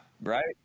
right